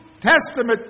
Testament